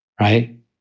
right